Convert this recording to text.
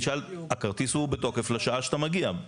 הכרטיס הוא בתוקף לשעה שאתה מגיע.